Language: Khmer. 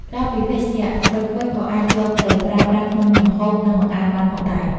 ក្រៅពីភេសជ្ជៈ ក្រូចឃ្វិចក៏អាចយកទៅប្រើប្រាស់ក្នុងមុខម្ហូប និងបង្អែមបានផងដែរ។